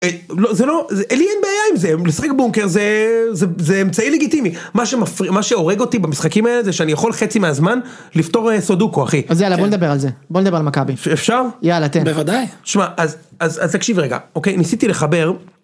לא זה לא לי אין בעיה עם זה, לשחק בונקר זה אמצעי לגיטימי, מה שהורג אותי במשחקים האלה זה שאני יכול חצי מהזמן לפתור סודוקו אחי, אז יאללה בוא נדבר על זה, בוא נדבר על מכבי, אפשר? יאללה תן, בוודאי, אז תקשיב רגע, ניסיתי לחבר.